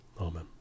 Amen